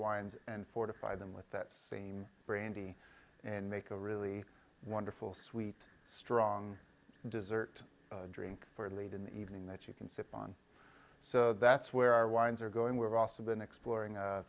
wines and fortify them with that same brain and make a really wonderful sweet strong dessert drink for late in the evening that you can sip on so that's where our winds are going we've also been exploring a